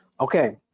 Okay